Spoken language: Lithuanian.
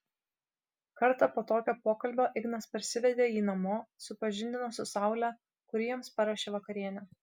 kartą po tokio pokalbio ignas parsivedė jį namo supažindino su saule kuri jiems paruošė vakarienę